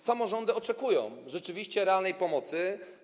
Samorządy oczekują rzeczywiście realnej pomocy.